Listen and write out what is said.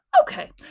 Okay